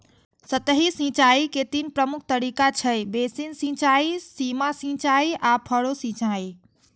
सतही सिंचाइ के तीन प्रमुख तरीका छै, बेसिन सिंचाइ, सीमा सिंचाइ आ फरो सिंचाइ